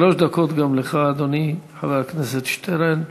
שלוש דקות גם לך, אדוני חבר הכנסת שטרן.